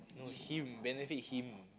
him benefit him